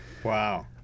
Wow